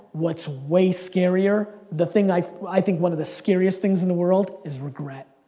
what's way scarier, the thing i've, i think one of the scariest things in the world, is regret.